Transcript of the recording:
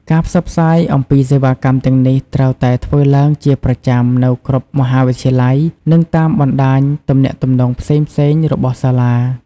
ការផ្សព្វផ្សាយអំពីសេវាកម្មទាំងនេះត្រូវតែធ្វើឡើងជាប្រចាំនៅគ្រប់មហាវិទ្យាល័យនិងតាមបណ្ដាញទំនាក់ទំនងផ្សេងៗរបស់សាលា។